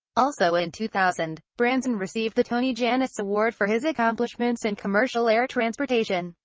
also in two thousand, branson received the tony jannus award for his accomplishments in commercial air transportation.